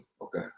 Okay